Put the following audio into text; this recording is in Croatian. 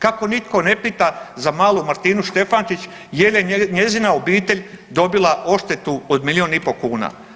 Kako nitko ne pita za malu Martinu Štefančić jel je njezina obitelj dobila odštetu od milijun i po kuna?